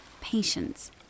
patience